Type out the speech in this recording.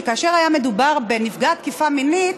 שכאשר היה מדובר בנפגעת תקיפה מינית,